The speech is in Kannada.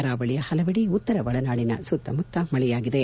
ಕರಾವಳಿಯ ಪಲವೆಡೆ ಉತ್ತರ ಒಳನಾಡಿನ ಸುತ್ತಮುತ್ತ ಮಳೆಯಾಗಿದೆ